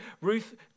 Ruth